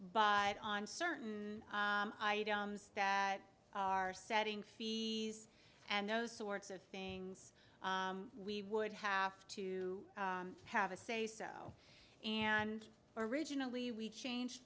but on certain items that are setting fees and those sorts of things we would have to have a say so and originally we changed